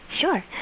Sure